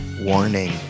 Warning